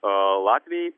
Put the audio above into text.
a latvijai